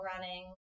running